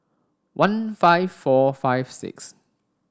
one five four five six